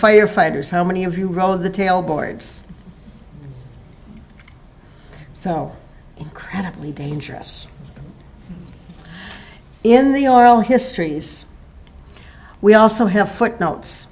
firefighters how many of you row the tail boards so incredibly dangerous in the oral histories we also have footnotes